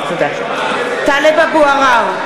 (קוראת בשמות חברי הכנסת) טלב אבו עראר,